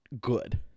good